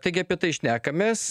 taigi apie tai šnekamės